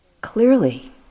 clearly